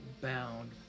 bound